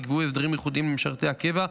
נקבעו הסדרים ייחודיים למשרתי הקבע,